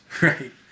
Right